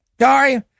Sorry